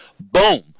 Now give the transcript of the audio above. boom